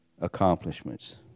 accomplishments